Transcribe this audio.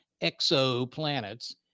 exoplanets